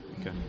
okay